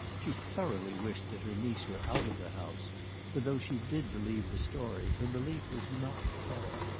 she thoroughly wished that her niece were out of the house for though she did believe the story, her belief was not thorough.